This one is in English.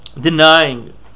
denying